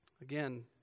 Again